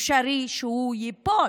אפשרי שהוא ייפול.